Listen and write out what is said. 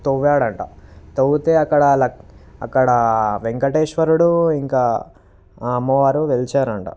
తవ్వేడట తవ్వితే అక్కడ ల అక్కడ వెంకటేశ్వరుడు ఇంకా అమ్మవారు వెలిసారంట